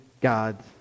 God's